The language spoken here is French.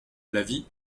l’avis